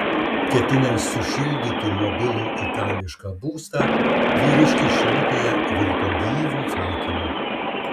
ketinęs sušildyti mobilų itališką būstą vyriškis šilutėje virto gyvu fakelu